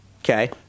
Okay